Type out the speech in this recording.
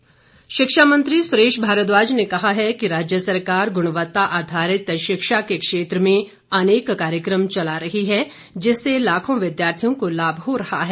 भारद्वाज शिक्षा मंत्री सुरेश भारद्वाज ने कहा है कि राज्य सरकार गुणवत्ता आधारित शिक्षा के क्षेत्र में अनेक कार्यक्रम चला रही है जिससे लाखों विद्यार्थियों को लाभ हो रहा है